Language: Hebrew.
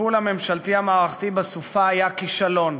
הטיפול הממשלתי המערכתי בסופה היה כישלון,